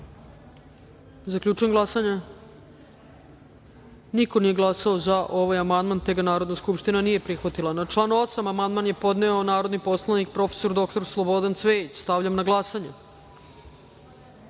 amandman. Zaključujem glasanje: niko nije glasao za ovaj amandman, te ga Narodna skupština nije prihvatila. Na član 8. amandman je podneo narodni poslanik prof. dr Slobodan Cvejić. Stavljam na glasanje